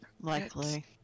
likely